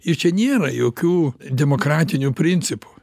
ir čia nėra jokių demokratinių principų